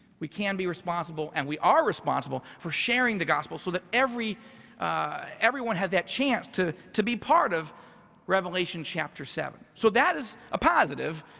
we can be responsible and we are responsible for sharing the gospel so that everyone had that chance to to be part of revelation chapter seven. so that is a positive,